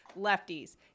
lefties